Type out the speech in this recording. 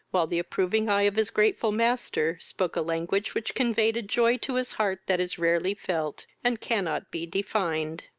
while the approving eye of his grateful master spoke a language which conveyed a joy to his heart that is rarely felt, and cannot be defined.